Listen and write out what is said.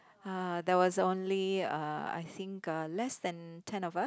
uh there was only uh I think uh less than ten of us